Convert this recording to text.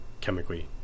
chemically